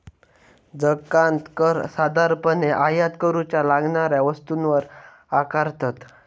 जकांत कर साधारणपणे आयात करूच्या लागणाऱ्या वस्तूंवर आकारतत